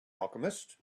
alchemist